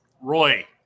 Roy